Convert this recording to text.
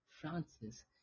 Francis